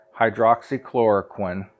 hydroxychloroquine